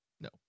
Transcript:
No